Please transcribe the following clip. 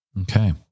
Okay